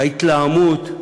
ההתלהמות,